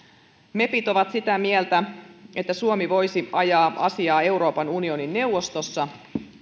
mepit ovat sitä mieltä että suomi voisi ajaa asiaa euroopan unionin neuvostossa